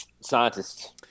Scientists